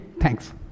Thanks